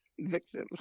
victims